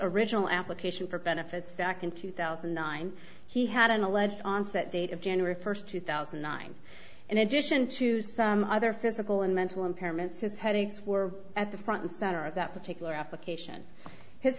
original application for benefits back in two thousand and nine he had an alleged onset date of january first two thousand and nine in addition to some other physical and mental impairments his headaches were at the front and center of that particular application his